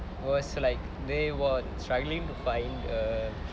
was like they were struggling to find a